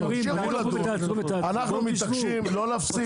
אנחנו מתעקשים לא להפסיק.